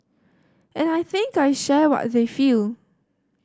and I think I share what they feel